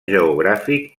geogràfic